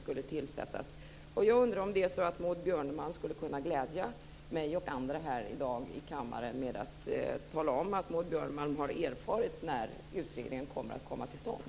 Skulle Maud Björnemalm kunna glädja mig och andra i dag med att tala om att Maud Björnemalm har erfarit när utredningen ska komma till stånd?